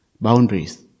boundaries